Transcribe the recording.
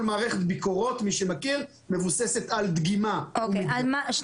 כל מערכת ביקורות מבוססת על דגימה --- יובל,